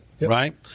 right